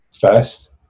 first